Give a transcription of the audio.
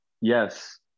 Yes